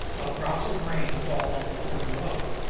while drops of rain fall on the corn below.